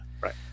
right